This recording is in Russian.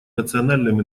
национальным